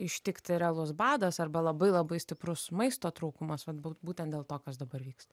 ištikti realus badas arba labai labai stiprus maisto trūkumas vat būtent dėl to kas dabar vyksta